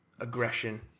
aggression